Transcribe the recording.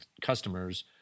customers